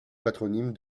patronyme